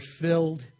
filled